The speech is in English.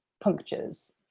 punctures,